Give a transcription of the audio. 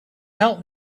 help